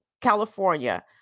California